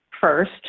first